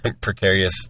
precarious